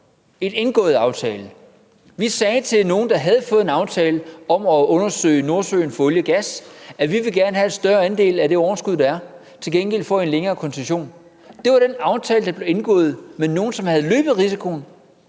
en indgået aftale. Vi sagde til nogle, der havde fået en aftale om at undersøge Nordsøen for olie og gas, at vi gerne ville have en større andel af det overskud, der var, til gengæld for en længere koncessionstid. Det var den aftale, der blev indgået med nogle, som havde løbet risikoen,